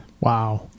Wow